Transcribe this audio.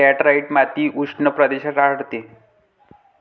laterite माती उष्ण प्रदेशात आढळते